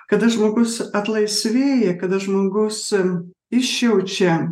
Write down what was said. kada žmogus atlaisvėja kada žmogus išjaučia